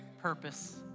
purpose